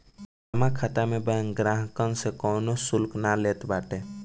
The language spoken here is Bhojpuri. जमा खाता में बैंक ग्राहकन से कवनो शुल्क ना लेत बाटे